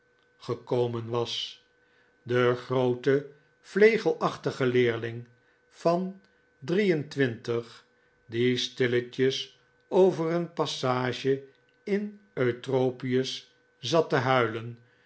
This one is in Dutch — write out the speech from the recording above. gekomen was de groote vlegelachtige leerling van drie en twintig die stilletjes over een passage in eutropius zat te huilen